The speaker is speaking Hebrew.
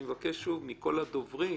אני מבקש שוב מכל הדוברים